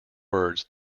words